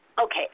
okay